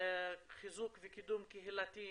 חיזוק וקידום קהילתי,